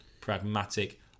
pragmatic